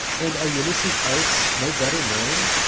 and are ulysses' arts no better known?